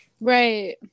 Right